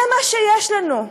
זה מה שיש לנו.